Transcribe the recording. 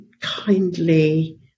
kindly